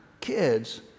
kids